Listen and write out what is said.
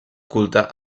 culte